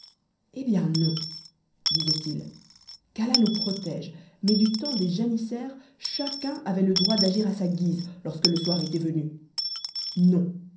eh bien non disait-il qu'allah nous protège mais du temps des janissaires chacun avait le droit d'agir à sa guise lorsque le soir était venu non